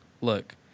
look